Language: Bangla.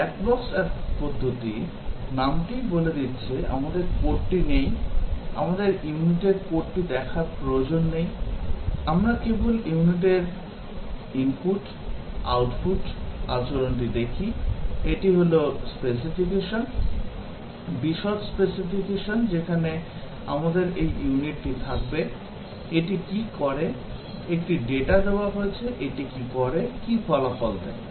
ব্ল্যাক বক্স পদ্ধতি নামটাই বলে দিচ্ছে আমাদের কোডটি নেই আমাদের ইউনিটের কোডটি দেখার প্রয়োজন নেই আমরা কেবল ইউনিটের ইনপুট আউটপুট আচরণটি দেখি এটি হল স্পেসিফিকেশন বিশদ স্পেসিফিকেশন যেখানে আমাদের এই ইউনিটটি থাকবে এটি কী করে একটি ডেটা দেওয়া হয়েছে এটি কী করে কী ফলাফল দেয়